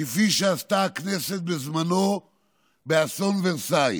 כפי שעשתה הכנסת בזמנו באסון ורסאי.